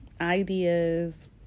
ideas